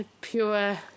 pure